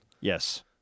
Yes